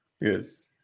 yes